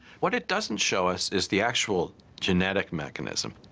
what it doesn't show us is the actual genetic mechanism,